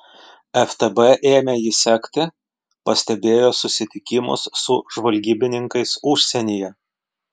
ftb ėmė jį sekti pastebėjo susitikimus su žvalgybininkais užsienyje